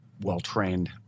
well-trained